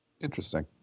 Interesting